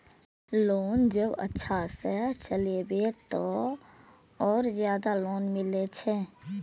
Loan जब अच्छा से चलेबे तो और ज्यादा लोन मिले छै?